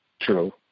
True